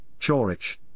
Chorich